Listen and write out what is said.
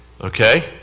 okay